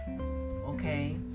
okay